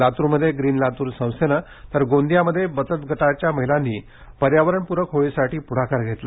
लातूरमध्ये ग्रीन लातूर संस्थेनं तर गोंदियामध्ये बचत गटाच्या महिलांनी पर्यावरणपूरक होळीसाठी पुढाकार घेतला